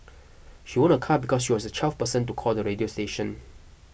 she won a car because she was the twelfth person to call the radio station